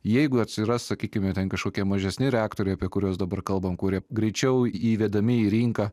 jeigu atsiras sakykime ten kažkokie mažesni reaktoriai apie kuriuos dabar kalbam kurie greičiau įvedami į rinką